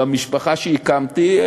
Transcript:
במשפחה שהקמתי,